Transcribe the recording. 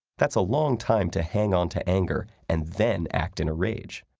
that's a long time to hang onto anger and then act in a rage.